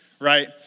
right